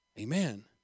Amen